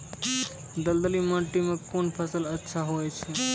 दलदली माटी म कोन फसल अच्छा होय छै?